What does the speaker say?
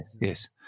yes